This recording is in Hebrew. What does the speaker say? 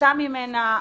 יצא ממנה,